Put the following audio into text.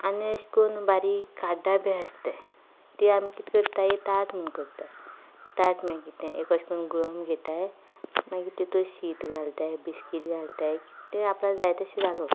आनी अशें करून बारीक काड्डां बी आसतात तीं आमी कितें करतात ताट म्हण करता ताट मागीर तें एक अशें करून गुळम घेतात मागीर तातूंत शीत घालतात बिस्कीट घालतात ते आपल्याक जाय तशें घालप